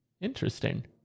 Interesting